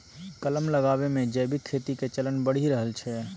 कलम लगाबै मे जैविक खेती के चलन बढ़ि रहल छै